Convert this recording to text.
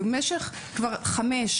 במשך כבר חמש,